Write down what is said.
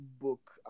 book